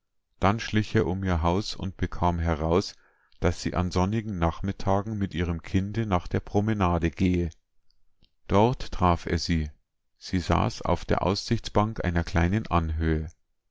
dann schlich er um ihr haus und bekam heraus daß sie an sonnigen nachmittagen mit ihrem kinde nach der promenade gehe dort traf er sie sie saß auf der aussichtsbank einer kleinen anhöhe